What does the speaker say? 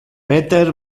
peter